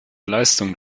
leistung